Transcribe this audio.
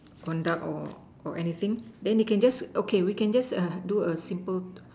conduct or or anything then they can just okay we can just err do a simple